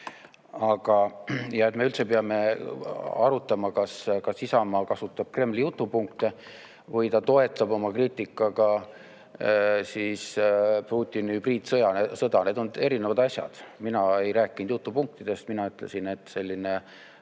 et me üldse peame arutama, kas Isamaa kasutab Kremli jutupunkte või ta toetab oma kriitikaga Putini hübriidsõda. Need on erinevad asjad. Mina ei rääkinud jutupunktidest, mina ütlesin, et selline